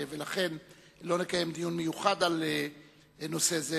ולכן לא נקיים דיון מיוחד על נושא זה,